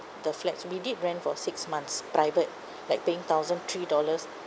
the flats we did rent for six months private like paying thousand three dollars